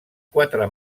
quatre